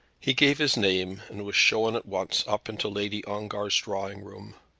he gave his name, and was shown at once up into lady ongar's drawing-room.